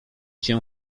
się